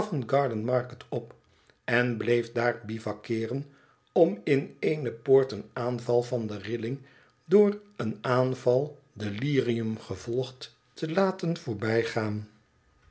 covent gardenmarkt op en bleef daar bivouakkeeren om in eene poort een aanval van de rillingen door een aanval delirium gevolgd te laten voorbijgaan